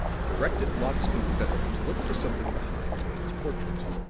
directed locke's confederate to look for something behind wayne's portrait.